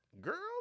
Girl